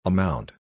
Amount